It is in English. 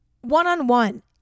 one-on-one